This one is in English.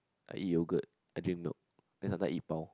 I eat yogurt I drink milk then sometimes I eat pau